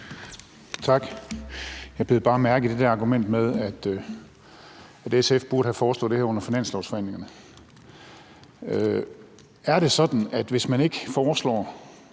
Tak. Jeg bed bare mærke i det der argument med, at SF burde have foreslået det her under finanslovsforhandlingerne. Er det sådan, at hvis man ikke foreslår